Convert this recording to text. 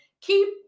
Keep